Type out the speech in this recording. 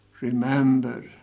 Remember